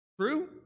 True